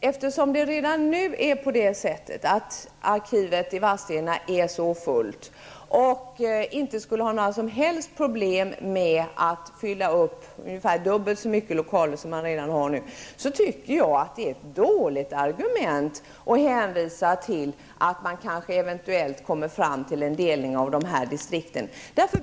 Eftersom arkivet i Vadstena redan nu är så fullt och det inte skulle vara några som helst problem med att fylla upp dubbelt så stora lokaler som nu finns, tycker jag att det är ett dåligt argument att hänvisa till att man kanske eventuellt kommer fram till en delning av distrikten.